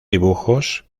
dibujos